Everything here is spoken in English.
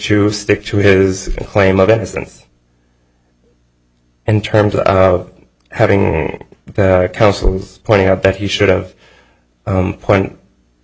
to stick to his claim of innocence in terms of having the council's pointing out that he should have a point